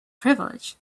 privilege